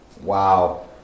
Wow